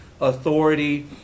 authority